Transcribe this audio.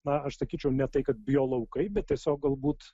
na aš sakyčiau ne tai kad biolaukai bet tiesiog galbūt